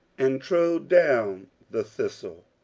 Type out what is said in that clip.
and trode down the thistle.